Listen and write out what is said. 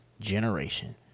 generation